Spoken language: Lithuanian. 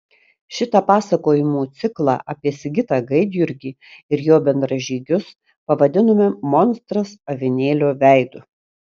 šitą pasakojimų ciklą apie sigitą gaidjurgį ir jo bendražygius pavadinome monstras avinėlio veidu